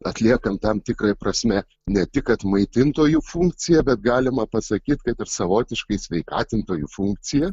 atliekam tam tikra prasme ne tik kad maitintojų funkciją bet galima pasakyt kad ir savotiškai sveikatintojų funkcija